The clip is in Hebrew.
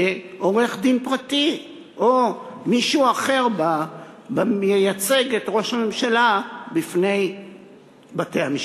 שעורך-דין פרטי או מישהו אחר מייצג את ראש הממשלה בפני בתי-המשפט.